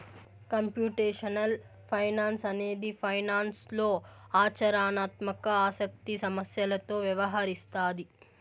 computational finance అనేది ఫైనాన్స్లో ఆచరణాత్మక ఆసక్తి సమస్యలతో వ్యవహరిస్తాది